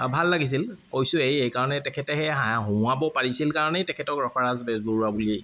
ভাল লাগিছিল কৈছোৱেই এইকাৰণে তেখেতে সেই হঁহুৱাব পাৰিছিল কাৰণেই তেখেতক ৰসৰাজ বেজবৰুৱা বুলি